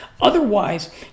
Otherwise